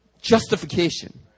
justification